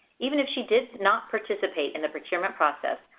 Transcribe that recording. even if she did not participate in the procurement process,